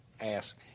ask